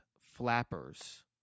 Flappers